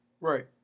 Right